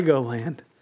land